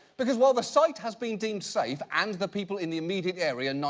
because while the site has been deemed safe, and the people in the immediate area,